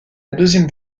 deuxième